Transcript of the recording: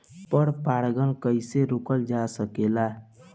पर परागन कइसे रोकल जा सकेला?